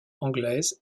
anglaises